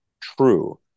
true